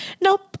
nope